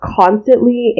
constantly